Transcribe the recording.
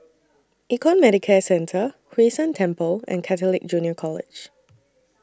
Econ Medicare Centre Hwee San Temple and Catholic Junior College